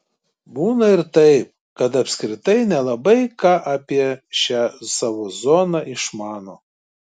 būna ir taip kad apskritai nelabai ką apie šią savo zoną išmano